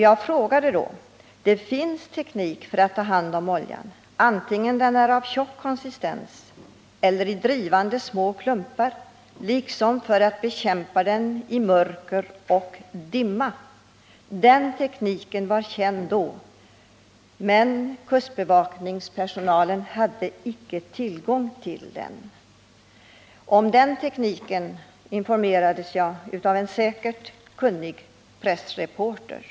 Jag sade då: ”Det finns teknik för att ta hand om oljan, antingen den är av tjock konsistens eller drivande i små klumpar, liksom för att bekämpa den i mörker och dimma.” Den tekniken var känd då, men kustbevakningspersonalen hade icke tillgång till den. Härom informerades jag av en säkerligen kunnig pressreporter.